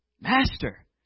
Master